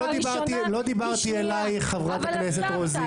לא דיברתי אליך, חברת הכנסת רוזין.